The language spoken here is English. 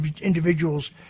individuals